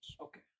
Okay